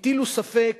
הטילו ספק